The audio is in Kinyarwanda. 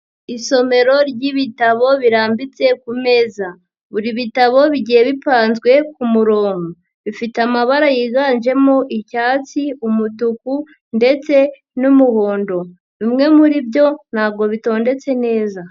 Isomero ry'ibitabo birambitse kumeza buri bitabo bigiye bipanzwe ku murongo, bifite amabara yiganjemo icyatsi, umutuku ndetse n'umuhondo, bimwe muri byo ntabwo bitondetse neza.